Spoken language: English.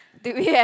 do we have